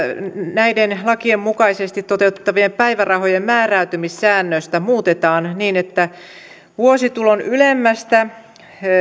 näiden lakien mukaisesti toteutettavien päivärahojen määräytymissäännöstä muutetaan niin että vuositulon ylemmästä